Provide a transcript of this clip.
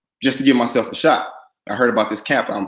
just to give myself a shot. i heard about this camp. um